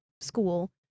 school